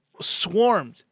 swarmed